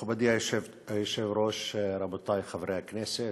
מכובדי היושב-ראש, רבותי חברי הכנסת,